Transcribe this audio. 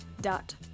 dot